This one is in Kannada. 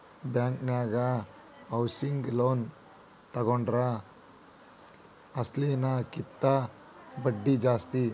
ಬ್ಯಾಂಕನ್ಯಾಗ ಹೌಸಿಂಗ್ ಲೋನ್ ತಗೊಂಡ್ರ ಅಸ್ಲಿನ ಕಿಂತಾ ಬಡ್ದಿ ಜಾಸ್ತಿ